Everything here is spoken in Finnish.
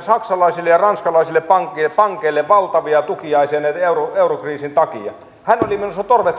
saksalaisille ja ranskalaisille pankeille valtavia tukiaisia eurokriisin takia hän oli menossa torvet soiden maksamaan niitä silloin